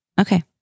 Okay